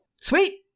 Sweet